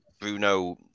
Bruno